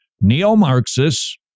Neo-Marxists